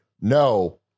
no